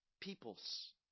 Peoples